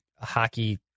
hockey